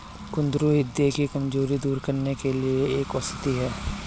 कुंदरू ह्रदय की कमजोरी दूर करने के लिए एक औषधि है